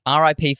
RIP